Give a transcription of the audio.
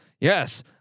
Yes